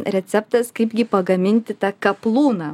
receptas kaip gi pagaminti tą kaplūną